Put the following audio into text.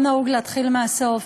לא נהוג להתחיל מהסוף.